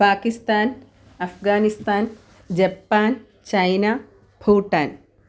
Pakistan Afghanistan Japan China Bhutan